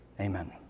Amen